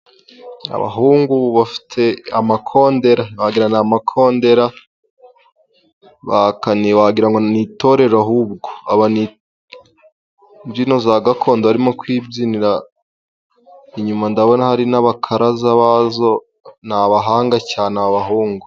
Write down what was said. Abahungu bafite amakondera, bagira n'amakondera bakaniye wagira ngo n'itorero ahubwo, aba n'imbyino za gakondo barimo kwibyinira, inyuma ndabona hari n'abakaraza bazo, n'abahanga cyane aba bahungu.